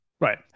Right